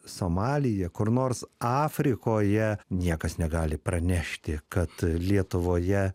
somalyje kur nors afrikoje niekas negali pranešti kad lietuvoje